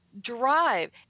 drive